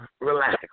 Relax